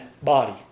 body